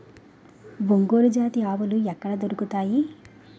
ఒంగోలు జాతి ఆవులు ఎక్కడ దొరుకుతాయి?